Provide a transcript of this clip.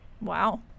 Wow